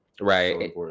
right